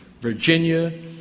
Virginia